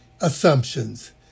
assumptions